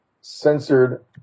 censored